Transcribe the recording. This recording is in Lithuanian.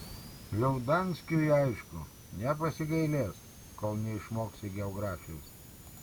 liaudanskiui aišku nepasigailės kol neišmoksi geografijos